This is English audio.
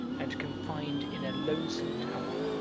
and confined in a lonesome tower,